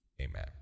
Amen